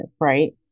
right